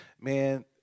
man